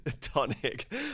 tonic